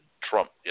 Trump